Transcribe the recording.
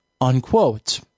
unquote